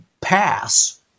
pass